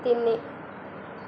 ତିନି